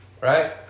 right